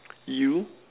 you